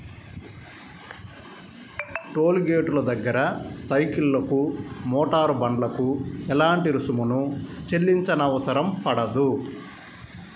toll గేటుల దగ్గర సైకిళ్లకు, మోటారు బండ్లకు ఎలాంటి రుసుమును చెల్లించనవసరం పడదు